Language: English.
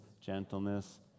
gentleness